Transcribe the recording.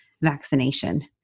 vaccination